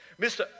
Mr